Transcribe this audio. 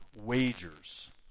wagers